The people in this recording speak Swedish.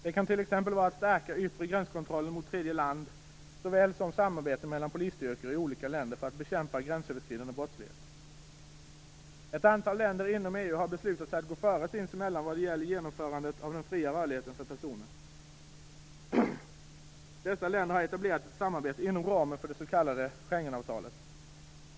Det kan t.ex. vara att stärka den yttre gränskontrollen mot tredje land likaväl som samarbete mellan polisstyrkor i olika länder för att bekämpa gränsöverskridande brottslighet. Ett antal länder inom EU har beslutat att gå före sinsemellan vad gäller genomförandet av den fria rörligheten för personer. Dessa länder har etablerat ett samarbete inom ramen för det s.k. Schengenavtalet.